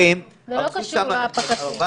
אבל יש פה ממשלה עכשיו.